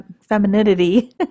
femininity